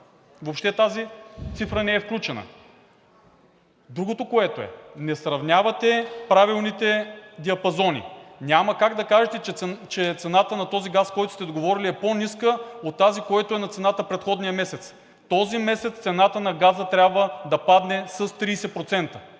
въобще тази цифра не е включена. Другото, което е, не сравнявате правилните диапазони. Няма как да кажете, че цената на този газ, който сте договорили, е по ниска от тази, която е на цената на предходния месец. Този месец цената на газа трябва да падне с 30%.